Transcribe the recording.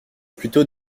plutôt